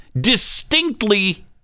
distinctly